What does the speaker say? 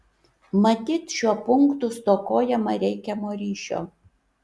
matyt šiuo punktu stokojama reikiamo ryšio